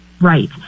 right